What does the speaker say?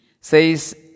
says